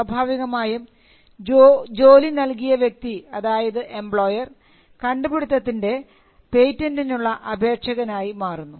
സ്വാഭാവികമായും ജോലി നൽകിയ വ്യക്തി അതായത് എംപ്ലോയർ കണ്ടുപിടിച്ചത്തത്തിൻറെ പേറ്റന്റിനുള്ള അപേക്ഷകൻ ആയി മാറുന്നു